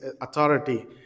authority